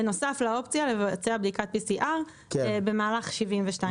בנוסף לאופציה לבצע בדיקת PCR במהלך 72 שעות.